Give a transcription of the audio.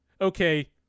okay